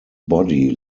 body